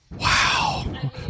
Wow